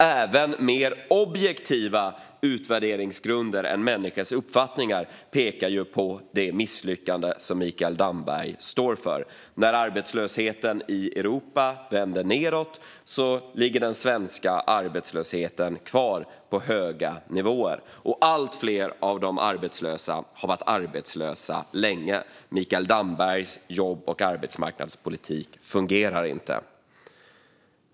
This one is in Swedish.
Även mer objektiva utvärderingsgrunder än människors uppfattningar pekar på det misslyckande som Mikael Damberg står för. När arbetslösheten i Europa vänder nedåt ligger den svenska arbetslösheten kvar på höga nivåer, och allt fler av de arbetslösa har varit arbetslösa länge. Mikael Dambergs jobb och arbetsmarknadspolitik fungerar inte.